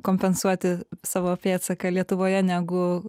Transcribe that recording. kompensuoti savo pėdsaką lietuvoje negu